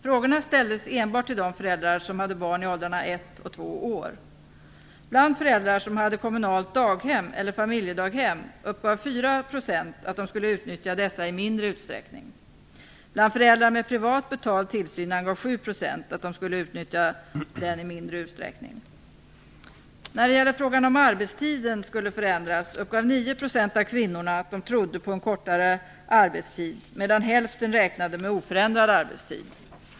Frågorna ställdes enbart till de föräldrar som hade barn i åldrarna ett och två år. Bland föräldrar som hade kommunalt daghem eller familjedaghem uppgav 4 % att de skulle utnyttja dessa i mindre utsträckning. Bland föräldrar med privat betald tillsyn angav 7 % att de skulle utnyttja den i mindre utsträckning. När det gäller frågan om arbetstiden skulle förändras uppgav 9 % av kvinnorna att de trodde på en kortare arbetstid medan hälften räknade med en oförändrad arbetstid.